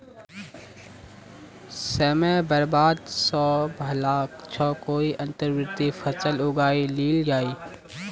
समय बर्बाद करवा स भला छ कोई अंतर्वर्ती फसल उगइ लिल जइ